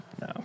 No